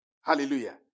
Hallelujah